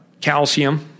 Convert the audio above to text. calcium